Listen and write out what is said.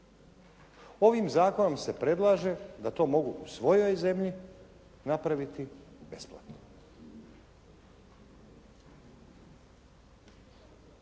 Ovim zakonom se predlaže da to mogu u svojoj zemlji napraviti besplatno.